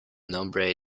nombre